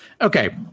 Okay